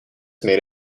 made